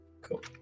Cool